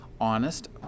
honest